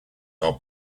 are